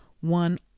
one